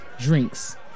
drinks